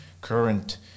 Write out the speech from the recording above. current